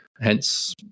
hence